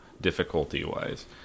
difficulty-wise